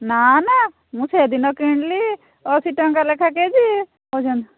ନା ନା ମୁଁ ସେଦିନ କିଣିଲି ଅଶୀ ଟଙ୍କା ଲେଖା କେ ଜି କହୁଛନ୍ତି